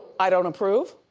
i don't approve.